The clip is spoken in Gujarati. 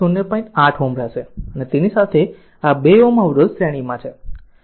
8 Ω હશે અને તેની સાથે આ 2 Ω અવરોધ શ્રેણીમાં છે